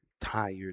tired